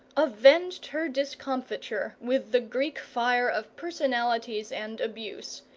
avenged her discomfiture with the greek-fire of personalities and abuse.